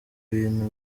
bintu